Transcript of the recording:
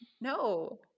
No